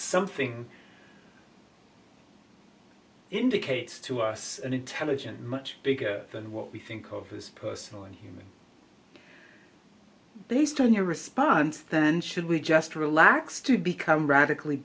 something indicates to us an intelligent much bigger than what we think of this personally based on your response then should we just relax to become radically